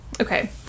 Okay